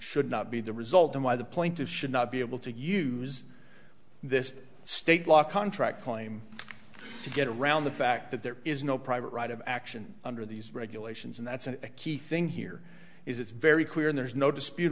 should not be the result of why the plaintiffs should not be able to use this state law contract claim to get around the fact that there is no private right of action under these regulations and that's a key thing here is it's very clear and there's no dispute